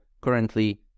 currently